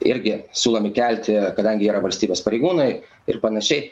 irgi siūlomi kelti kadangi yra valstybės pareigūnai ir panašiai